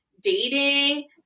dating